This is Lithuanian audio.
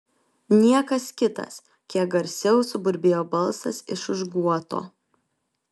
niekas kitas kiek garsiau suburbėjo balsas iš už guoto